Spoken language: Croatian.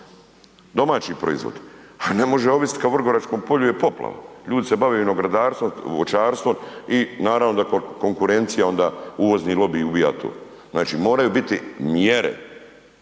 Domaći proizvod, a ne može ovisit kad u Vrgoračkom polju je poplava. Ljudi se bave vinogradarstvom, voćarstvom i naravno da konkurencija onda uvozni lobij ubija to. Znači, moraju biti mjere,